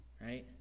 right